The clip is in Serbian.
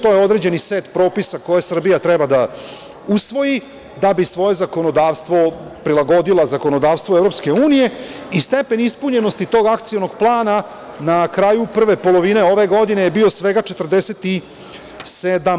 To je određeni set propisa koje Srbija treba da usvoji da bi svoje zakonodavstvo prilagodila zakonodavstvu EU i stepen ispunjenosti tog akcionog plana na kraju prve polovine ove godine je bio svega 47%